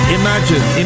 imagine